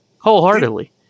wholeheartedly